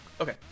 Okay